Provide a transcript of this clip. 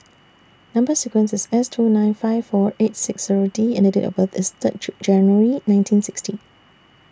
Number sequence IS S two nine five four eight six Zero D and Date of birth IS Third January nineteen sixty